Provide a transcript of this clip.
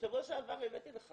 בשבוע שעבר הבאתי לך